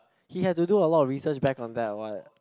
he had to do a lot of research back on that what